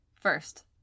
First